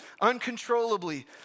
uncontrollably